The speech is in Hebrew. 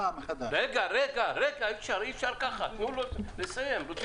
יש בנק